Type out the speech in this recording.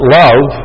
love